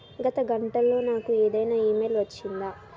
గత గంటలో నాకు ఏదైనా ఇమెయిల్ వచ్చిందా